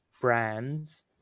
brands